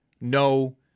no